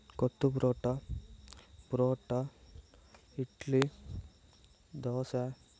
கொத்து புரோட்டா புரோட்டா இட்லி தோசை